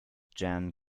jeanne